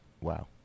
Wow